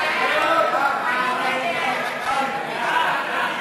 סעיף 08,